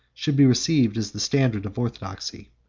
should be received as the standard of orthodoxy.